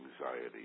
anxiety